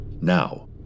Now